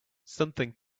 something